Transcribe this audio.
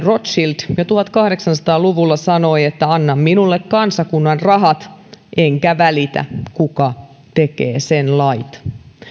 rothschild jo tuhatkahdeksansataa luvulla sanoi että anna minulle kansakunnan rahat enkä välitä kuka tekee sen lait